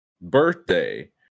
birthday